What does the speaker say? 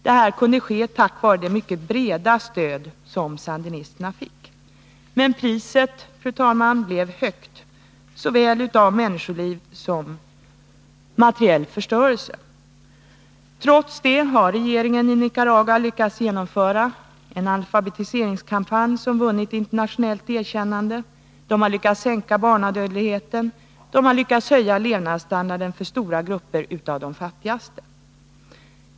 Detta kunde ske tack vare det mycket breda stöd som sandinisterna fick. Men priset, fru talman, blev högt — såväl i människoliv som i materiell förstörelse. Trots detta har regeringen i Nicaragua lyckats genomföra en alfabetiseringskampanj, som vunnit internationellt erkännande. Man har lyckats sänka barnadödligheten, och man har lyckats höja levnadsstandarden för stora grupper av de fattigaste.